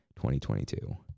2022